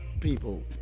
people